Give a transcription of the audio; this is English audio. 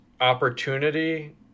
opportunity